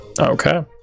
Okay